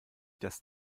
das